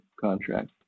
contract